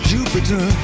Jupiter